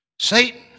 Satan